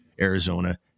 Arizona